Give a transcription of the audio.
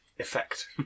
effect